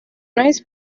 noiz